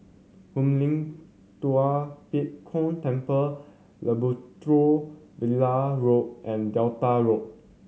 Hoon Lim Tua Pek Kong Temple Labrador Villa Road and Delta Road